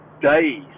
days